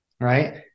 Right